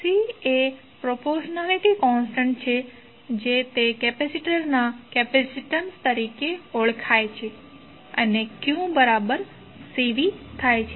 C એ proportionality constant છે જે તે કેપેસિટર ના કેપેસિટેન્સ તરીકે ઓળખાય છે અને qCvથાય છે